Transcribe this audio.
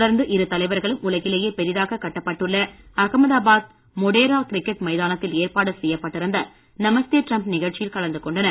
தொடர்ந்து இரு தலைவர்களும் உலகிலேயே பெரிதாக கட்டப்பட்டுள்ள அகமதாபாத் மொடேரா கிரிக்கெட் மைதானத்தில் ஏற்பாடு செய்யப்பட்டிருந்த நமஸ்தே டிரம்ப் நிகழ்ச்சியில் கலந்து கொண்டனர்